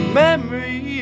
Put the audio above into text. memory